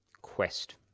Quest